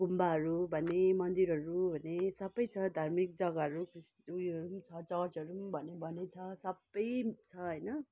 गुम्बाहरू भन्ने मन्दिरहरू भन्ने सबै छ धार्मिक जगाहरू उयोहरू छ चर्चहरू भने भने छ सबै छ होइन